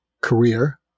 career